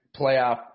playoff